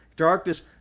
darkness